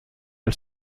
del